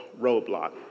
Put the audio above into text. roadblock